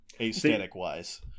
Aesthetic-wise